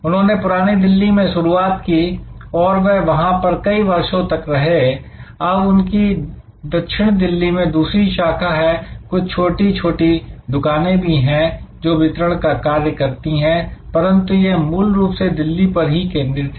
उन्होंने पुरानी दिल्ली में शुरुआत की और वह वहां पर कई वर्षों तक रहे अब उनकी दक्षिण दिल्ली में दूसरी शाखा है कुछ छोटी छोटी दुकानें भी हैं जो वितरण का कार्य करती हैं परंतु वह मूल रूप से दिल्ली पर ही केंद्रित है